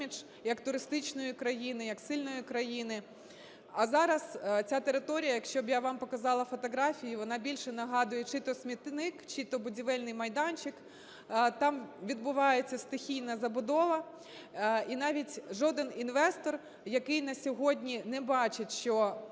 як туристичної країни, як сильної країни. А зараз ця територія, якщо б я вам показала фотографії, вона більше нагадує чи то смітник, чи то будівельний майданчик. Там відбувається стихійна забудова, і навіть жоден інвестор, який на сьогодні не бачить, що